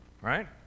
right